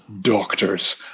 doctors